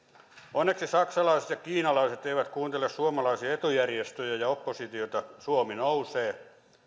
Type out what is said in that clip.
onneksi saksalaiset ja kiinalaiset eivät kuuntele suomalaisia etujärjestöjä ja ja oppositiota suomi nousee